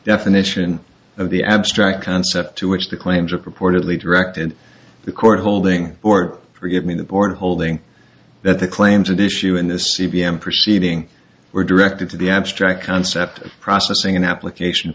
definition of the abstract concept to which the claims are purportedly direct and the court holding or forgive me the board holding that the claims and issue in this c p m proceeding were directed to the abstract concept of processing an application